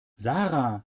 sarah